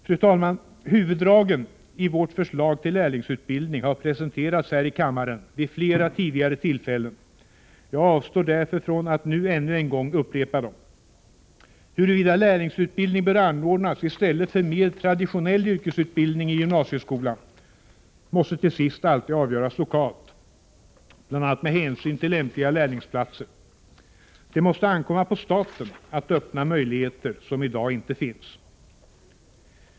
Fru talman! Huvuddragen i vårt förslag till lärlingsutbildning har presenterats här i kammaren vid flera tidigare tillfällen. Jag avstår därför från att nu ännu en gång upprepa dem. yrkesutbildning i gymnasieskolan måste till sist alltid avgöras lokalt, bl.a. med hänsyn till lämpliga lärlingsplatser. Det måste ankomma på staten att öppna möjligheter som i dag inte finns.